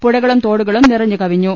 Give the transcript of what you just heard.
പുഴകളും തോടുകളും നിറഞ്ഞ് കവിഞ്ഞു